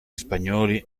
spagnoli